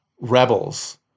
Rebels